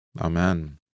Amen